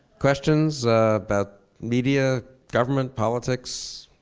questions about media, government, politics,